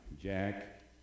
Jack